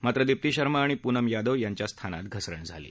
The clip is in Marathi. मात्र दिप्ती शर्मा आणि पुनम यादव यांच्या स्थानात घसरण झाली आहे